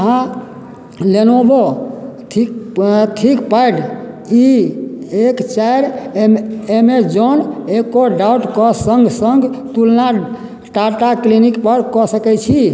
अहाँ Lenovo think think pad E एक चारि एमे एमेजोन इको डॉट कऽ सङ्ग सङ्ग तुलना टाटा क्लिनिक पर कऽ सकैत छी